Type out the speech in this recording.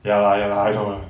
ya lah ya lah I know ah